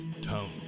Tone